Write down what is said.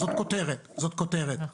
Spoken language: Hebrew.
זאת כותרת, זאת כותרת.